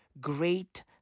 great